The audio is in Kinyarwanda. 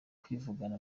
kwivugana